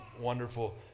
wonderful